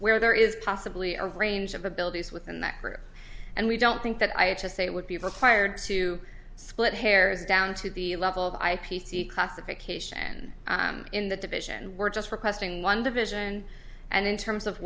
where there is possibly a range of abilities within that group and we don't think that i have to say it would be required to split hairs down to the level of i p c classification in the division and we're just requesting one division and in terms of